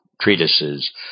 treatises